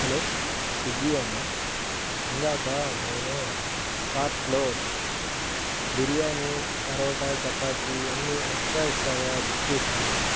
hello స్విగ్గీయేనా ఇందాక నేను కార్ట్లో బిర్యానీ పరోటా చపాతీ అన్ని ఎక్స్ట్రా ఎక్స్ట్రాగా బుక్ చేసాను